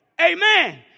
Amen